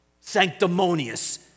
sanctimonious